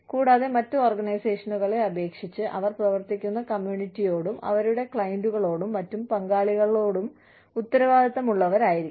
കൂടാതെ മറ്റ് ഓർഗനൈസേഷനുകളെ അപേക്ഷിച്ച് അവർ പ്രവർത്തിക്കുന്ന കമ്മ്യൂണിറ്റിയോടും അവരുടെ ക്ലയന്റുകളോടും മറ്റ് പങ്കാളികളോടും ഉത്തരവാദിത്തമുള്ളവരായിരിക്കണം